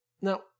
Now